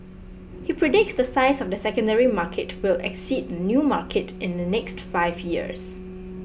he predicts the size of the secondary market will exceed the new market in the next five years